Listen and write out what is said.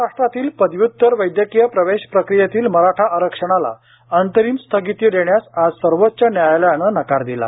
महाराष्ट्रातील पदव्यत्तर वैद्यकीय प्रवेश प्रक्रियेतील मराठा आरक्षणाला अंतरिम स्थगिती देण्यास आज सर्वोच्च न्यायालयानं नकार दिला